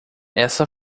essa